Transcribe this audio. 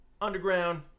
Underground